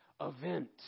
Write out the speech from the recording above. event